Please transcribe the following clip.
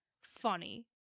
funny